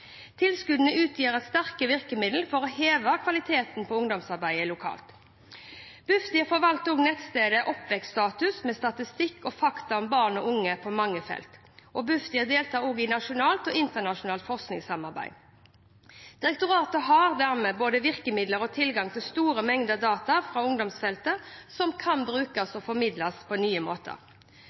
Tilskuddene utgjør sterke virkemidler for å heve kvaliteten på ungdomsarbeidet lokalt. Bufdir forvalter også nettstedet Oppvekststatus, med statistikk og fakta om barn og unge på mange felt. Bufdir deltar også i nasjonalt og internasjonalt forskningssamarbeid. Direktoratet har dermed både virkemidler og tilgang til store mengder data fra ungdomsfeltet, som kan brukes og formidles på nye måter.